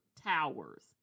towers